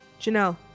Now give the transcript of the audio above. Janelle